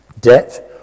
Debt